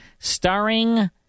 Starring